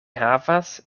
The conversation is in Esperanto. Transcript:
havas